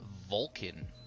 vulcan